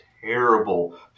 terrible